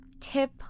tip